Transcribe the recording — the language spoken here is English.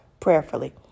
prayerfully